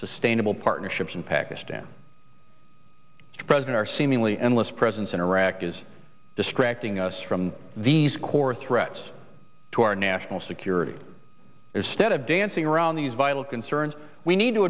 sustainable partnerships in pakistan to present our seemingly endless presence in iraq is distracting us from the core threats to our national security instead of dancing around these vital concerns we need to